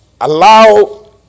allow